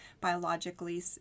biologically